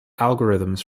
algorithms